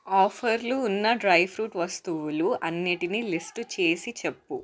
ఆఫర్లు ఉన్న డ్రైఫ్రూట్ వస్తువులు అన్నిటినీ లిస్టు చేసి చెప్పు